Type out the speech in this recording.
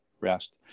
rest